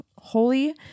holy